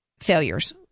failures